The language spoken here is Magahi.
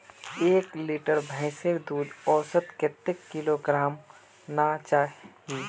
एक लीटर भैंसेर दूध औसतन कतेक किलोग्होराम ना चही?